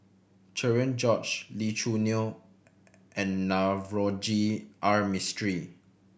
Cherian George Lee Choo Neo and Navroji R Mistri